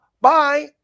Bye